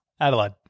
Adelaide